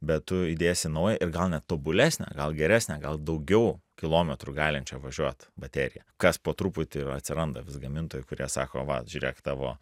bet tu įdėsi naują ir gal net tobulesnę gal geresnę gal daugiau kilometrų galinčią važiuot bateriją kas po truputį atsiranda vis gamintojai kurie sako va žiūrėk tavo